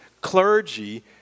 clergy